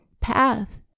path